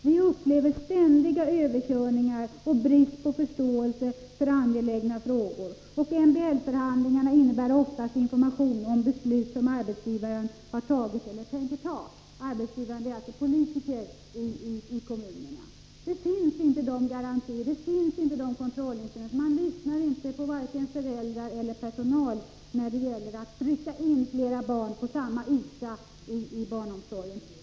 Vi upplever ständiga ”överkörningar” och brist på förståelse för angelägna frågor, och MBL-förhandlingar innebär oftast information om beslut som arbetsgivaren har tagit eller tänker ta.” Arbetsgivaren är alltså politiker i kommunerna. Det finns inga kontrollinstrument. Man lyssnar inte på vare sig föräldrar eller personal när det gäller att trycka in flera barn på samma yta i barnomsorgen.